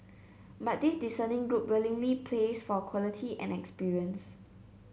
but this discerning group willingly pays for quality and experience